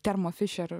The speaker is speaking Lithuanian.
termo fišerio